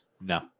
No